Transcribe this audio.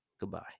Goodbye